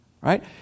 right